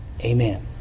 amen